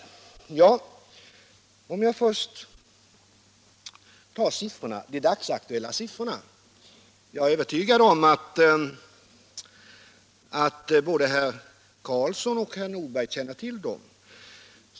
Låt oss först se på de dagsaktuella siffrorna — jag är övertygad om att både herr Karlsson och herr Nordberg känner till dem.